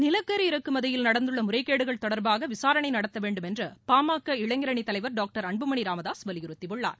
நிலக்கி இறக்குமதியில் நடந்துள்ள முறைகேடுகள் தொடர்பாக விசாணை நடத்த வேண்டுமென்று பாமக இளைஞரணி தலைவர் டாக்டர் அன்புமணி ராமதாஸ் வலியுறுத்தியுள்ளார்